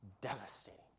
devastating